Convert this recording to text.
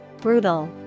brutal